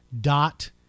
dot